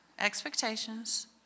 Expectations